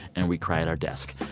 and we cry at our desk.